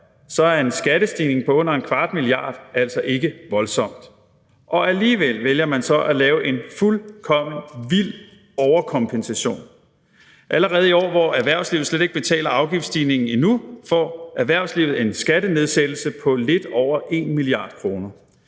er en skattestigning på under en kvart milliard altså ikke voldsomt. Alligevel vælger man så at lave en fuldkommen vild overkompensation. Allerede i år, hvor erhvervslivet slet ikke betaler afgiftsstigningen endnu, får erhvervslivet en skattenedsættelse på lidt over 1 mia. kr.